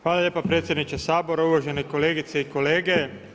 Hvala lijepa predsjedniče Sabora, uvažene kolegice i kolege.